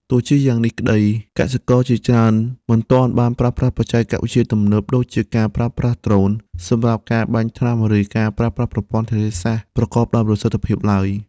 ទោះជាយ៉ាងនេះក្តី កសិករជាច្រើនមិនទាន់បានប្រើប្រាស់បច្ចេកវិទ្យាទំនើបដូចជាការប្រើដ្រូនសម្រាប់ការបាញ់ថ្នាំឬការប្រើប្រាស់ប្រព័ន្ធធារាសាស្ត្រប្រកបដោយប្រសិទ្ធភាពឡើយ។